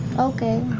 okay.